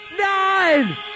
nine